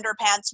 Underpants